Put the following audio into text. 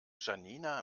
janina